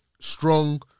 strong